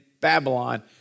Babylon